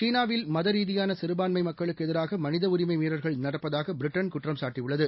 சீனாவில் மதரீதியானசிறுபான்மைமக்களுக்குஎதிராகமனிதஉரிமைமீறல்கள் நடப்பதாகபிரிட்டன் குற்றம் சாட்டியுள்ளது